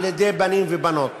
על-ידי בנים ובנות.